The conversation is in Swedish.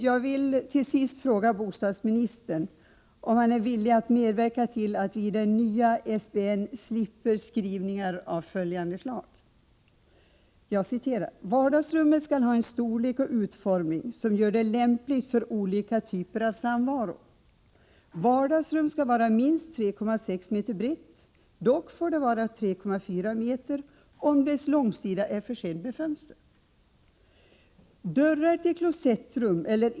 Jag vill till sist fråga bostadsministern om han är villig att medverka till att vi i den nya SBN slipper skrivningar av följande slag: ”Vardagsrummet skall ha en storlek och utformning som gör det lämpligt för olika typer av samvaro. Vardagsrum skall vara minst 3,6 m brett, dock får det vara 3,4 m om dess långsida är försedd med fönster ——-.